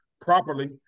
properly